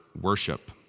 worship